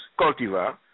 cultivar